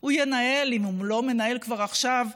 הוא ינהל, אם הוא לא מנהל כבר עכשיו,